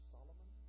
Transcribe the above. Solomon